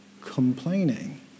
complaining